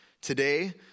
Today